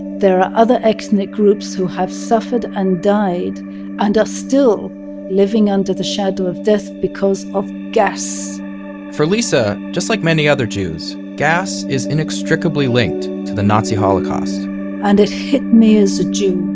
there are other ethnic groups who have suffered and died and are still living under the shadow of death because of gas for lisa, just like many other jews, gas is inextricably linked to the nazi holocaust and it hit me as a jew